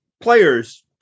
players